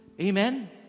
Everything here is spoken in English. Amen